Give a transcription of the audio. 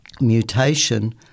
mutation